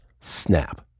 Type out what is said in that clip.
snap